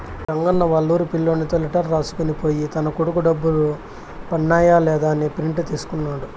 రంగన్న వాళ్లూరి పిల్లోనితో లెటర్ రాసుకొని పోయి తన కొడుకు డబ్బులు పన్నాయ లేదా అని ప్రింట్ తీసుకున్నాడు